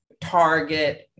Target